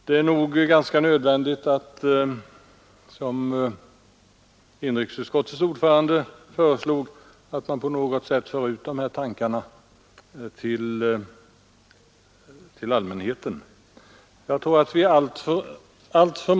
Det är nog nödvändigt att, som inrikesutskottets ordförande föreslog, på något sätt föra ut de tankar som det här gäller till allmänheten.